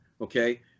okay